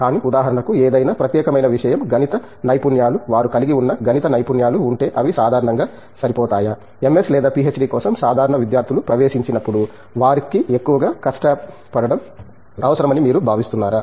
కానీ ఉదాహరణకు ఏదైనా ప్రత్యేకమైన విషయం గణిత నైపుణ్యాలు వారు కలిగి ఉన్న గణిత నైపుణ్యాలు ఉంటే అవి సాధారణంగా సరిపోతాయా ఎంఎస్ లేదా పిహెచ్డి కోసం సాధారణ విద్యార్థులు ప్రవేశించినప్పుడు వారికి ఎక్కువగా కష్టాడడం అవసరమని మీరు భావిస్తున్నారా